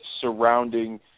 surrounding